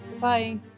Bye